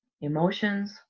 emotions